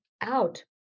out